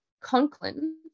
Conklin